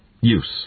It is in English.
Use